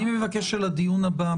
אני מבקש שלדיון הבא,